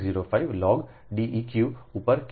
4605 log Deq ઉપર kilometre Deq 6